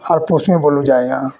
ଆର୍ ପୁଷ୍ମି ବାଲୁଚେଁ ଆଜ୍ଞା